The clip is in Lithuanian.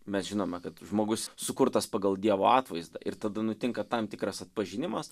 mes žinome kad žmogus sukurtas pagal dievo atvaizdą ir tada nutinka tam tikras atpažinimas